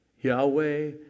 Yahweh